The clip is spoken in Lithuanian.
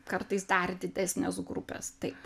kartais dar didesnės grupės taip